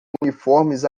uniformes